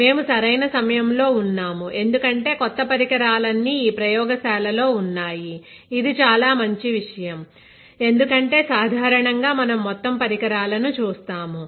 మేము సరైన సమయం లో ఉన్నాము ఎందుకంటే కొత్త పరికరాలన్నీ ఈ ప్రయోగశాల లో ఉన్నాయి ఇది చాలా మంచి విషయం ఎందుకంటే సాధారణంగా మనం మొత్తం పరికరాలను చూస్తాము